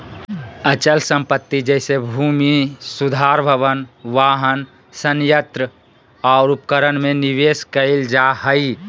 अचल संपत्ति जैसे भूमि सुधार भवन, वाहन, संयंत्र और उपकरण में निवेश कइल जा हइ